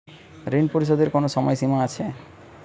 ঋণ পরিশোধের কোনো সময় সীমা আছে?